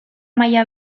maila